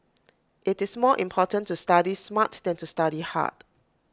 IT is more important to study smart than to study hard